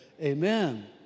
amen